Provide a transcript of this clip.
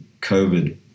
COVID